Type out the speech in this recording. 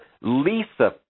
Lisa